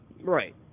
Right